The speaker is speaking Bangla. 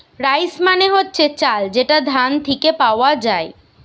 রাইস মানে হচ্ছে চাল যেটা ধান থিকে পাওয়া যায়